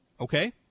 okay